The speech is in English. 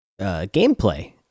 gameplay